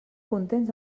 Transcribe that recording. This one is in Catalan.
contents